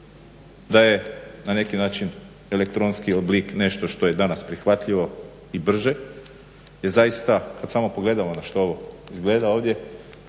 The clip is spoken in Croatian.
da je na neki način elektronski oblik nešto što je danas prihvatljivo i brže jer zaista kad samo pogledamo na što ovo izgleda ovdje